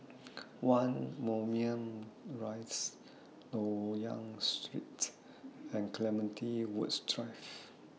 one Moulmein Rise Loyang Street and Clementi Woods Drive